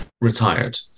retired